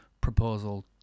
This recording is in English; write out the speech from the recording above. proposal